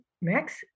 Max